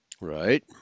right